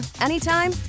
anytime